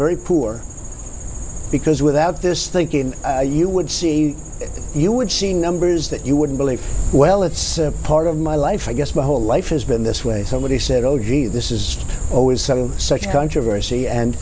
very poor because without this thinking you would see it you would see numbers that you wouldn't believe well it's part of my life i guess my whole life has been this way somebody said oh gee this is always some such controversy and